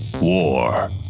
War